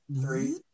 Three